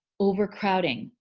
overcrowding,